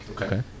Okay